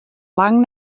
lang